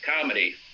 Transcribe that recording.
comedy